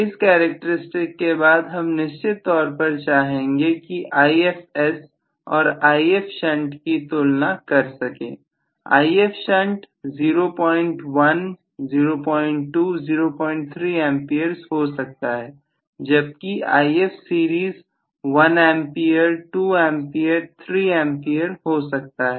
इस कैरेक्टरस्टिक के बाद हम निश्चित तौर पर चाहेंगे कि Ifs और Ifshunt की तुलना कर सके Ifshunt 01 02 03 amperes हो सकता है जबकि Ifseries 1 ampere 2 ampere 3 ampere हो सकता है